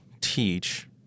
teach